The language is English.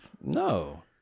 No